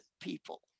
people